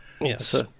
yes